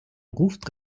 ruft